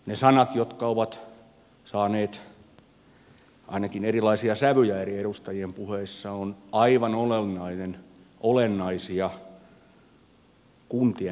ne sanat jotka ovat saaneet ainakin erilaisia sävyjä eri edustajien puheissa ovat aivan olennaisia kuntien näkökulmasta